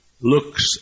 looks